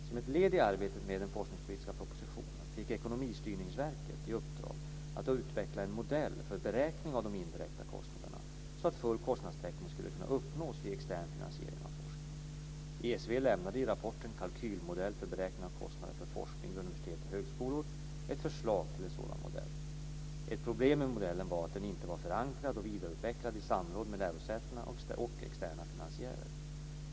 Som ett led i arbetet med den forskningspolitiska propositionen fick Ekonomistyrningsverket, ESV, i uppdrag att utveckla en modell för beräkning av de indirekta kostnaderna så att full kostnadstäckning skulle kunna uppnås vid extern finansiering av forskning. ESV lämnade i rapporten Kalkylmodell för beräkning av kostnader för forskning vid universitet och högskolor ett förslag till en sådan modell. Ett problem med modellen var att den inte var förankrad och vidareutvecklad i samråd med lärosätena och externa finansiärer.